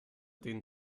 denen